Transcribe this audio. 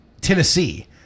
Tennessee